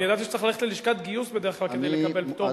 אני ידעתי שצריך ללכת ללשכת גיוס בדרך כלל כדי לקבל פטור,